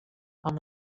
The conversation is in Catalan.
amb